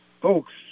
folks